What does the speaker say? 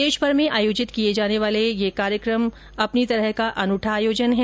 देश भर में आयोजित किए जाने वाला यह कार्यक्रम अपनी तरह का अनुठा आयोजन है